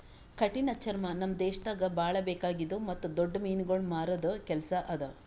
ಕಠಿಣ ಚರ್ಮ ನಮ್ ದೇಶದಾಗ್ ಭಾಳ ಬೇಕಾಗಿದ್ದು ಮತ್ತ್ ದೊಡ್ಡ ಮೀನುಗೊಳ್ ಮಾರದ್ ಕೆಲಸ ಅದಾ